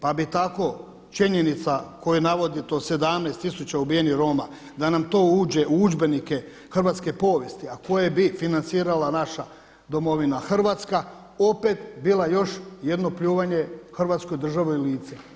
Pa bi tako činjenica koju navodi to 17000 ubijenih Roma da nam to uđe u udžbenike hrvatske povijesti, a koje bi financirala naša Domovina Hrvatska opet bila još jedno pljuvanje Hrvatskoj državi u lice.